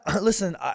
listen